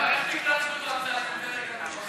איך תקרא, חכה,